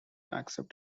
accept